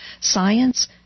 science